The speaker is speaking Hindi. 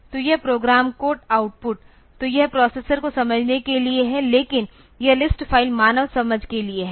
तो यह प्रोग्राम कोड आउटपुट तो यह प्रोसेसर को समझने के लिए है लेकिन यह लिस्ट फ़ाइल मानव समझ के लिए है